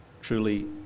truly